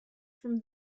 from